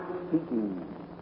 speaking